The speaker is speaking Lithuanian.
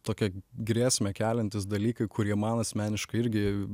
tokie grėsmę keliantys dalykai kurie man asmeniškai irgi